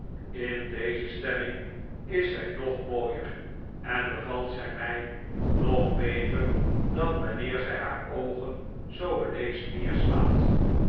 in deze stemming is zij nog mooier en bevalt zij mij nog beter dan wanneer zij haar oogen zoo bedeesd neerslaat